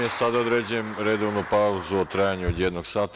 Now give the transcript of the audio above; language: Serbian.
Sada određujem redovnu pauzu u trajanju od jednog sata.